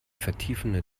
vertiefende